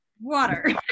water